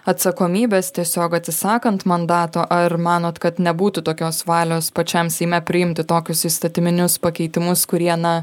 atsakomybės tiesiog atsisakant mandato ar manot kad nebūtų tokios valios pačiam seime priimti tokius įstatyminius pakeitimus kurie na